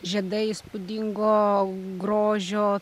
žiedai įspūdingo grožio